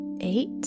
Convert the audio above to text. eight